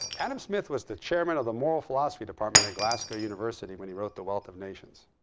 adam smith was the chairman of the moral philosophy department at glasgow university when he wrote the wealth of nations.